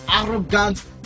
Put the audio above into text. arrogant